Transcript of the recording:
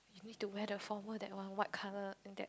you need to wear the formal that one white colour and get